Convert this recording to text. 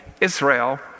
Israel